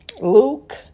Luke